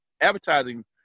advertising